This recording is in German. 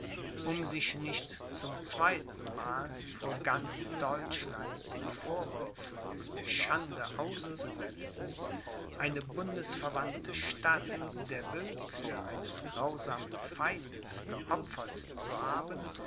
um sich nicht zum zweitenmal vor ganz deutschland den vorwürfen und der schande auszusetzen eine bundesverwandte stadt der willkür eines grausamen feindes geopfert zu haben